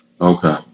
Okay